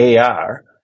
AR